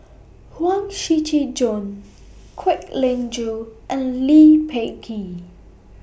Huang Shiqi Joan Kwek Leng Joo and Lee Peh Gee